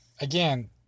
again